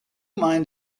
mind